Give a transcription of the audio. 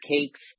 cakes